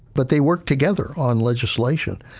but, they work together on legislation.